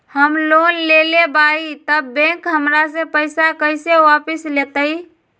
हम लोन लेलेबाई तब बैंक हमरा से पैसा कइसे वापिस लेतई?